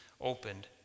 opened